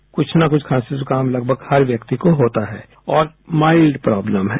हर साल कुछ न कुछ खांसी जुकाम लगभग हर व्यक्ति को होता है और माइल प्रॉब्लम है